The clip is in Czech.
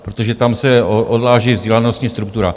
Protože tam se odráží vzdělanostní struktura.